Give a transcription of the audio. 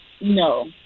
no